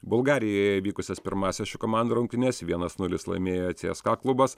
bulgarijoje vykusias pirmąsias šių komandų rungtynes vienas nulis laimėjo cska klubas